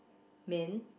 man